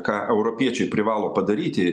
ką europiečiai privalo padaryti